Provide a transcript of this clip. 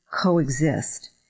coexist